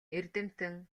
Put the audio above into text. эрдэмтэн